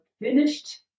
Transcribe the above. finished